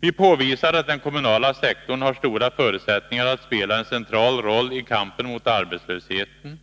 Vi påvisar att den kommunala sektorn har stora förutsättningar att spela en central roll i kampen mot arbetslösheten.